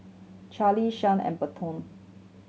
Carlee Shad and Berton